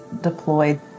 deployed